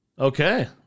Okay